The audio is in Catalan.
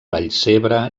vallcebre